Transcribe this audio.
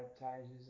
baptizes